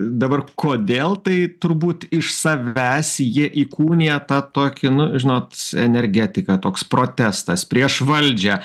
dabar kodėl tai turbūt iš savęs jie įkūnija tą tokį nu žinot energetiką toks protestas prieš valdžią